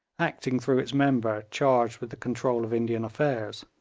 acting through its member charged with the control of indian affairs